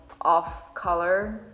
off-color